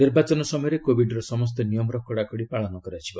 ନିର୍ବାଚନ ସମୟରେ କୋବିଡ୍ର ସମସ୍ତ ନିୟମର କଡ଼ାକଡ଼ି ପାଳନ କରାଯିବ